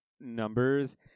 numbers